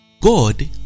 God